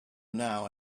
now